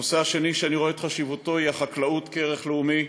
הנושא השני שאני רואה את חשיבותו הוא החקלאות כערך לאומי,